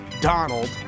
Donald